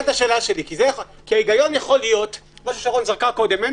כי ההיגיון יכול להיות מה ששרון זרקה קודם גם